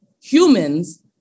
humans